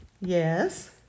Yes